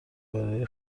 برای